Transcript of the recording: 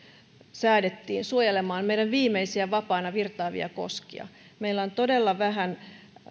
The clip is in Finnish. säädettiin suojelemaan meidän viimeisiä vapaana virtaavia koskiamme meillä on todella vähän